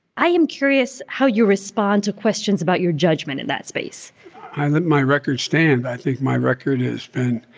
i am curious how you respond to questions about your judgment in that space i let my record stand. i think my record has been